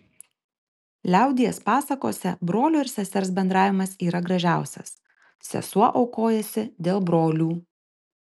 liaudies pasakose brolio ir sesers bendravimas yra gražiausias sesuo aukojasi dėl brolių